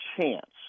chance